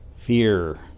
Fear